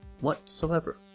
whatsoever